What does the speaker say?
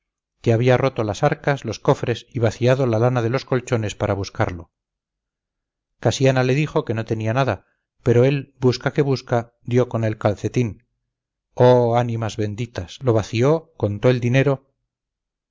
que había roto las arcas los cofres y vaciado la lana de los colchones para buscarlo casiana le dijo que no tenía nada pero él busca que busca dio con el calcetín oh ánimas benditas lo vació contó el dinero